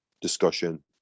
discussion